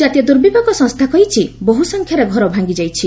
ଜାତୀୟ ଦୁର୍ବିପାକ ସଂସ୍ଥା କହିଛି ବହୁସଂଖ୍ୟାରେ ଘର ଭାଙ୍ଗିଯାଇଛି